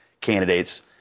candidates